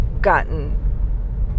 gotten